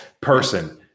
Person